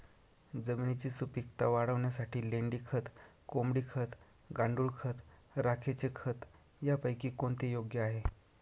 जमिनीची सुपिकता वाढवण्यासाठी लेंडी खत, कोंबडी खत, गांडूळ खत, राखेचे खत यापैकी कोणते योग्य आहे?